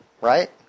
right